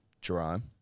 Jerome